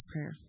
prayer